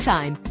Time